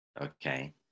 Okay